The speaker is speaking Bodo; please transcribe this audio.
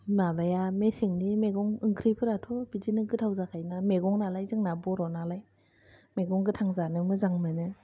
माबाया मेसेंनि मैगं ओंख्रिफोराथ' बिदिनो गोथाव जाखायो ना मैगं नालाय जोंना बर' नालाय मैगं गोथां जानो मोजां मोनो